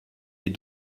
est